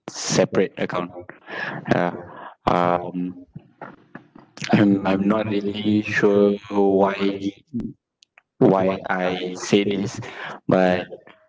separate account ah um I'm I'm not really sure why why I say this but